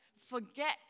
Forget